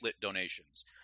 donations